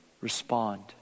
respond